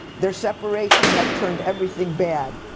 their separation had turned everything bad.